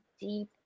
deep